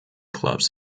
clubs